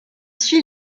suit